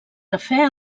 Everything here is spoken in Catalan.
cafè